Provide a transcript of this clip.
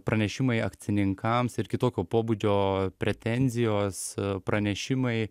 pranešimai akcininkams ir kitokio pobūdžio pretenzijos pranešimai